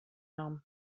nom